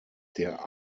der